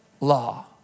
law